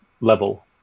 level